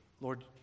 Lord